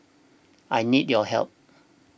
I need your help